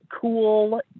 cool